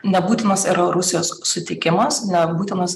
nebūtinos yra rusijos sutikimas nebūtinas